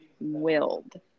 willed